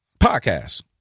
podcasts